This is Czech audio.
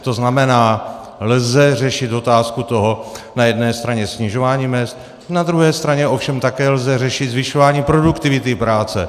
To znamená, lze řešit otázku na jedné straně toho snižování mezd, na druhé straně ovšem také lze řešit zvyšování produktivity práce.